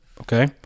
okay